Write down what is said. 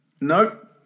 Nope